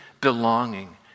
belonging